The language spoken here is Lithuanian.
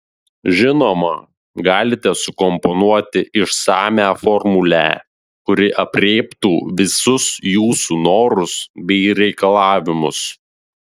žinoma galite sukomponuoti išsamią formulę kuri aprėptų visus jūsų norus bei reikalavimus